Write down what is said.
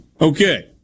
Okay